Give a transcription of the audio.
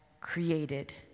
created